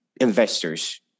investors